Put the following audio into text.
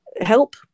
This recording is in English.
help